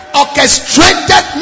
orchestrated